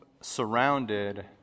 surrounded